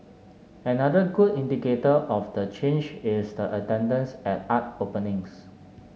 another good indicator of the change is the attendance at art openings